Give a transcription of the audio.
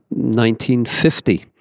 1950